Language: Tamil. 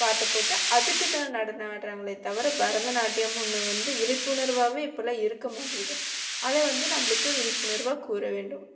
பாட்டை போட்டு அதுக்கு தான் நடனம் ஆடுறாங்களே தவிர பரதநாட்டியம்னு ஒன்று வந்து விழிப்புணர்வாகவே இப்போல்லாம் இருக்கற மாட்டிக்கிது அதை வந்து நம்மளுக்கு விழிப்புணர்வாக கூற வேண்டும்